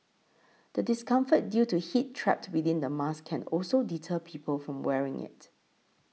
the discomfort due to heat trapped within the mask can also deter people from wearing it